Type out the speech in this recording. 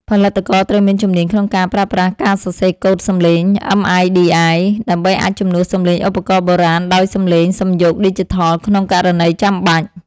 ផលិតករត្រូវមានជំនាញក្នុងការប្រើប្រាស់ ការសរសេរកូដសំឡេង MIDI ដើម្បីអាចជំនួសសំឡេងឧបករណ៍បុរាណដោយសំឡេងសំយោគឌីជីថលក្នុងករណីចាំបាច់។